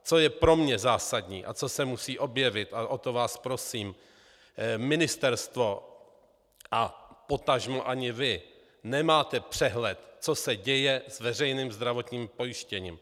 Co je pro mě zásadní a co se musí objevit a o to vás prosím: Ministerstvo a potažmo ani vy nemáte přehled, co se děje s veřejným zdravotním pojištěním.